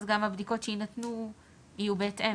אז גם הבדיקות שיינתנו יהיו בהתאם אני מניחה.